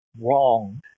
wrong